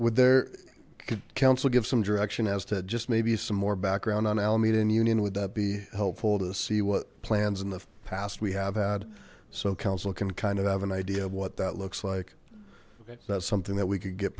would their council give some direction as to just maybe some more background on alameda and union would that be helpful to see what plans in the past we have had so council can kind of have an idea of what that looks like that's something that we c